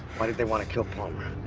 why did they wanna kill palmer?